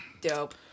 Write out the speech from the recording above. Dope